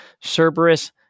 cerberus